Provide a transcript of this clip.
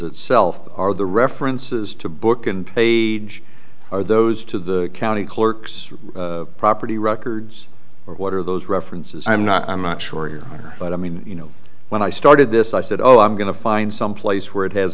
itself are the references to book and pay are those to the county clerk's property records or what are those references i'm not i'm not sure but i mean you know when i started this i said oh i'm going to find someplace where it has